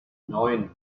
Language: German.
neun